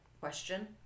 question